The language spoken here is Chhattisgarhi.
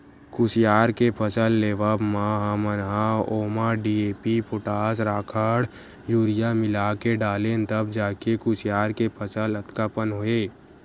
कुसियार के फसल लेवब म हमन ह ओमा डी.ए.पी, पोटास, राखड़, यूरिया मिलाके डालेन तब जाके कुसियार के फसल अतका पन हे